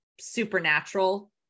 supernatural